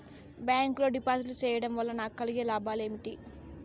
Bank లో డిపాజిట్లు సేయడం వల్ల నాకు కలిగే లాభాలు ఏమేమి?